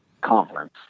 conference